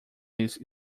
his